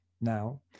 now